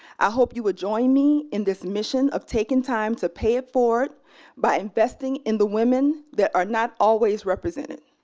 i hope you will ah join me in this mission of taking time to pay it forward by investing in the women that are not always represented.